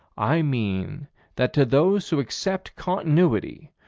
i mean that to those who accept continuity,